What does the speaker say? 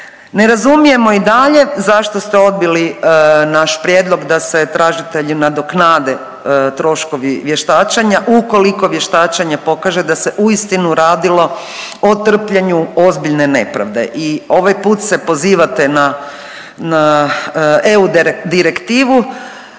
Ne razumijemo i dalje zašto ste odbili naš prijedlog da se tražitelju nadoknade troškovi vještačenja ukoliko vještačenje pokaže da se uistinu radilo o trpljenju ozbiljne nepravde. I ovaj put se pozivate na EU direktivu,